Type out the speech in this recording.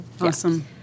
Awesome